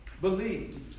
believe